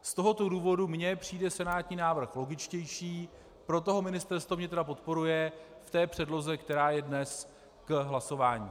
Z tohoto důvodu mi přijde senátní návrh logičtější, proto ho Ministerstvo vnitra podporuje v té předloze, která je dnes k hlasování.